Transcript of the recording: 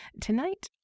tonight